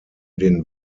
den